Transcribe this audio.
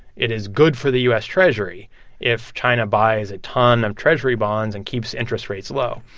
it is good for the u s. treasury if china buys a ton of treasury bonds and keeps interest rates low.